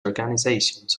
organizations